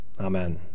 Amen